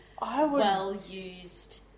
well-used